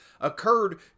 occurred